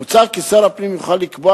מוצע כי שר הפנים יוכל לקבוע,